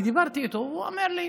אני דיברתי איתו, הוא אומר לי: